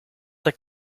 that